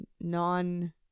non